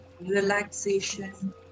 relaxation